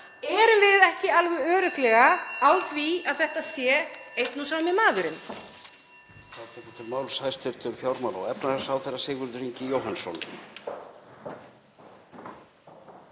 Erum við ekki alveg örugglega á því að þetta sé einn og sami maðurinn?